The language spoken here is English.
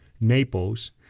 Naples